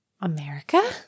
America